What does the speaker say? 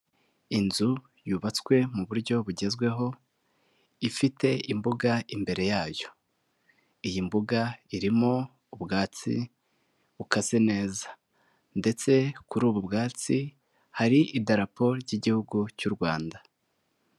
Inzu yubatswe mu buryo bugezweho ifite imbuga imbere yayo, iyi mbuga irimo ubwatsi bukase neza ndetse kuri ubu bwatsi hari idarapo ry'Igihugu cy'u Rwanda.